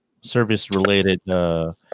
service-related